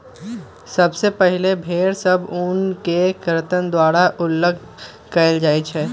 सबसे पहिले भेड़ सभ से ऊन के कर्तन द्वारा अल्लग कएल जाइ छइ